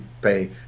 pay